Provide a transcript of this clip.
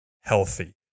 healthy